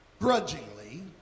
grudgingly